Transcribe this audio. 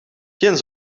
geen